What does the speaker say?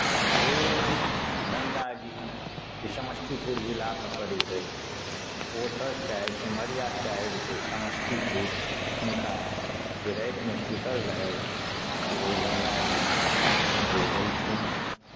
ओ गङ्गाजी जे समस्तीपुर जिलामे पड़ैत अछि ओ ओतयसँ आबि सिमरियासँ आबि कए समस्तीपुर हुनका जे रातिमे सूतल रहथि तऽ ओ गङ्गा जी जे एलखिन